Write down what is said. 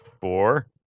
Four